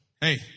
hey